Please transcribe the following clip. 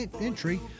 entry